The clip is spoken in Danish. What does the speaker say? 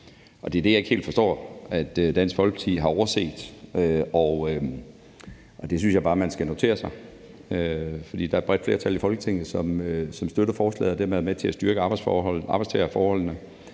Det er det, jeg ikke helt forstår at Dansk Folkeparti har overset, og det synes jeg bare man skal notere sig, for der er et bredt flertal i Folketinget, som støtter forslaget og dermed er med til at styrke arbejdstagerforholdene